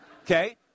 Okay